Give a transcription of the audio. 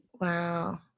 Wow